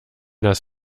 das